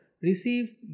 receive